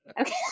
Okay